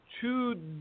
two